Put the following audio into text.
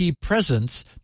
presence